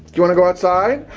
you wanna go outside?